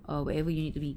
err wherever you need to be